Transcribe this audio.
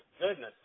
goodness